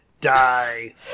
die